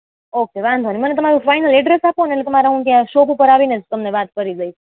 okay વાંધો નઈ મને તમારું ફાઈનલ એડ્રેસ આપો ને એટલે તમારા હું ત્યાં શોપ ઉપર આવીને જ તમને વાત કરી લઈશ